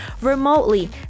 remotely